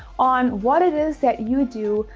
on what it is that you do,